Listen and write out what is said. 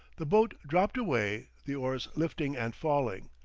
the boat dropped away, the oars lifting and falling.